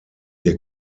ihr